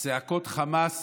צעקות החמס